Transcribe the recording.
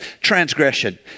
transgression